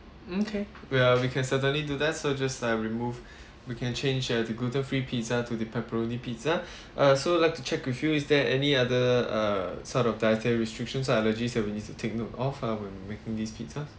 mm okay we're we can certainly do that so just I'll remove we can change uh the gluten free pizza to the pepperoni pizza uh so like to check with you is there any other uh sort of dietary restrictions or allergies we need to take note of uh when making these pizzas